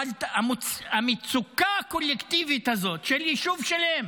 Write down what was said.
אבל המצוקה הקולקטיבית הזאת של יישוב שלם